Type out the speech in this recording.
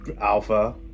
Alpha